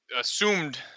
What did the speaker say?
assumed